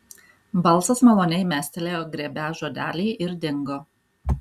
balsas maloniai mestelėjo grėbią žodelį ir dingo